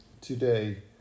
today